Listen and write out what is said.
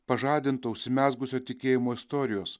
pažadinto užsimezgusio tikėjimo istorijos